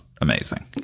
amazing